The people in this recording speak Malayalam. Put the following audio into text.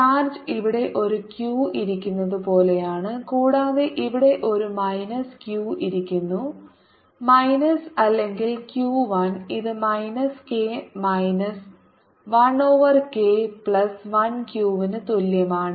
ചാർജ് ഇവിടെ ഒരു q ഇരിക്കുന്നതുപോലെയാണ് കൂടാതെ ഇവിടെ ഒരു മൈനസ് q ഇരിക്കുന്നു മൈനസ് അല്ലെങ്കിൽ q 1 ഇത് minus k minus 1 over k plus 1 ക്യുവിന് തുല്യമാണ്